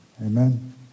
Amen